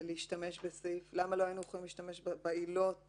להשתמש בעילות